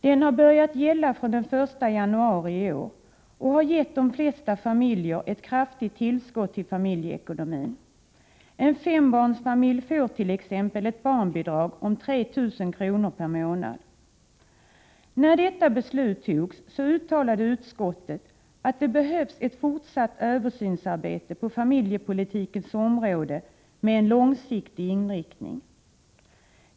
Den började gälla från den 1 januari i år och har gett de flesta familjer ett kraftigt tillskott till familjeekonomin. Exempelvis en fembarnsfamilj får ett barnbidrag på 3 000 kr. per månad. När detta beslut fattades uttalade utskottet att det behövdes ett fortsatt översynsarbete på familjepolitikens område med en långsiktig inriktning.